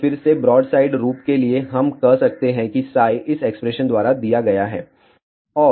तो फिर से ब्रॉडसाइड रूप के लिए हम कह सकते हैं कि इस एक्सप्रेशन द्वारा दिया गया है